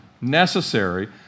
necessary